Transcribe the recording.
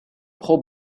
pro